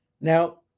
Now